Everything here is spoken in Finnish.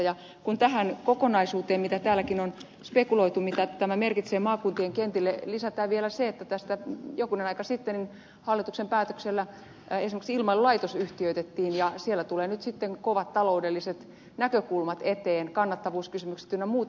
ja kun tähän kokonaisuuteen jota täälläkin on spekuloitu mitä tämä merkitsee maakuntien kentille lisätään vielä se että tässä jokunen aika sitten hallituksen päätöksellä esimerkiksi ilmailulaitos yhtiöitettiin ja siellä tulee nyt sitten kovat taloudelliset näkökulmat eteen kannattavuuskysymykset ynnä muuta